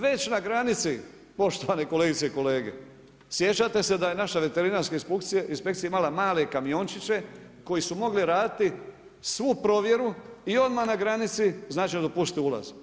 Već na granici, poštovane kolegice i kolege, sjećate se da je naša veterinarska inspekcija imala male kamiončiće koji su mogli raditi svu provjeru i odmah na granici dopustiti ulaz.